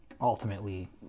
ultimately